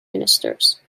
ministers